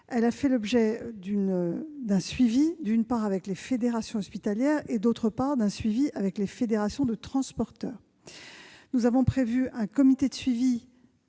réforme fait l'objet d'un suivi, d'une part, avec les fédérations hospitalières et, d'autre part, avec les fédérations de transporteurs. Nous avons prévu un comité de suivi